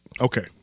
Okay